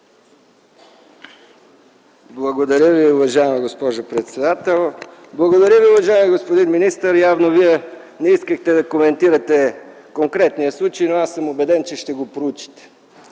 Благодаря Ви, уважаема госпожо председател. Благодаря Ви, уважаеми господин министър. Явно Вие не искахте да коментирате конкретния случай, но аз съм убеден, че ще го проучите.